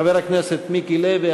חבר הכנסת מיקי לוי,